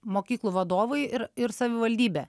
mokyklų vadovai ir ir savivaldybė